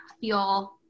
feel